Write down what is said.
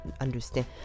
understand